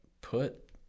put